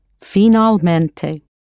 Finalmente